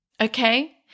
Okay